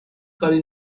کاری